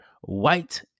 white